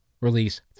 release